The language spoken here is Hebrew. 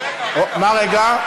רגע, רגע, רגע, מה רגע?